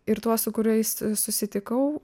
ir tuos su kuriais susitikau